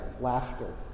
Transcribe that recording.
laughter